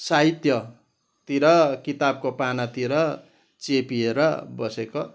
साहित्यतिर किताबको पानातिर चेपिएर बसेको